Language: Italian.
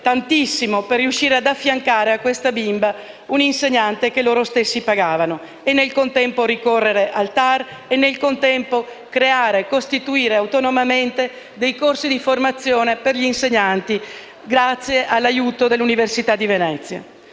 tantissimo per riuscire ad affiancare a questa bimba un insegnante, che loro stessi pagavano, e, nel contempo, ricorrere al TAR e costituire autonomamente dei corsi di formazione per gli insegnanti grazie all'aiuto dell'università di Venezia.